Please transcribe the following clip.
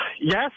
Yes